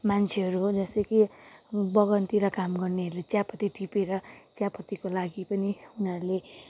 मान्छेहरू जस्तै कि बगानतिर काम गर्नेहरूले चियापत्ती टिपेर चियापत्तीको लागि पनि उनीहरूले